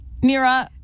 Nira